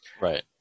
Right